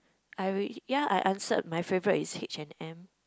I really ya I answered my favourite is H and M